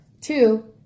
Two